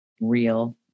real